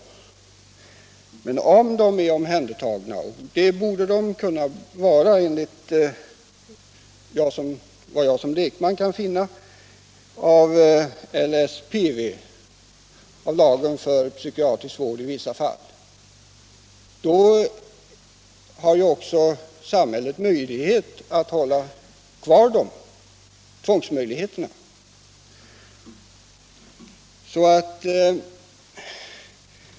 Men om de var omhändertagna — och det borde de ha kunnat vara, efter vad jag som lekman kan förstå, enligt lagen om sluten psykiatrisk vård i vissa fall — hade samhället också tvångsmöjligheter att hålla dem kvar.